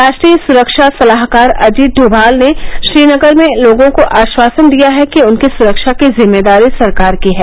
राष्ट्रीय सुरक्षा सलाहकार अजीत डोमाल ने श्रीनगर में लोगों को आश्वासन दिया है कि उनकी सुरक्षा की जिम्मेदारी सरकार की है